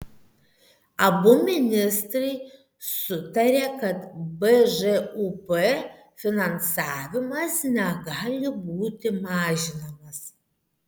abu ministrai sutarė kad bžūp finansavimas negali būti mažinamas